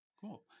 cool